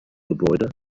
gebäude